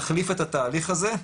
תחליף את התהליך הזה,